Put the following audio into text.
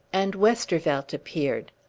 and westervelt appeared.